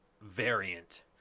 variant